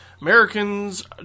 Americans